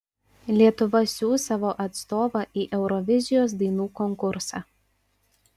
lietuva siųs savo atstovą į eurovizijos dainų konkursą